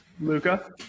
Luca